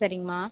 சரிங்கம்மா